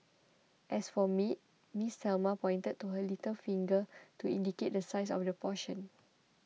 as for meat Miss Thelma pointed to her little finger to indicate the size of the portion